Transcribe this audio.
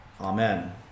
Amen